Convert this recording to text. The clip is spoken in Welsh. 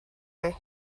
chi